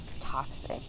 toxic